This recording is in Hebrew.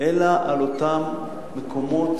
אלא על אותם מקומות